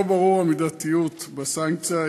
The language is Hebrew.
לא ברורה המידתיות בסנקציה,